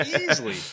Easily